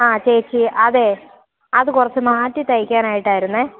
ആ ചേച്ചി അതെ അത് കുറച്ചു മാറ്റി തയ്ക്കാനായിട്ടായിരുന്നു